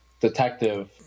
detective